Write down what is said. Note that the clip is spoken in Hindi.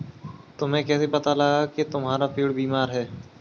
तुम्हें कैसे पता लगा की तुम्हारा पेड़ बीमार है?